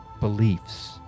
beliefs